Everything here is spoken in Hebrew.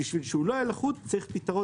ובשביל שהוא לא יהיה נחות צריך פתרון